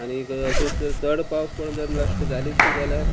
आनीक अशेंच तर चड पावस पडोन जर लास्ट जालीत जाल्यार